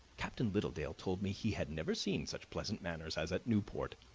captain littledale told me he had never seen such pleasant manners as at newport,